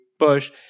Bush